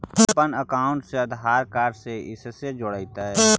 हमपन अकाउँटवा से आधार कार्ड से कइसे जोडैतै?